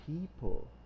People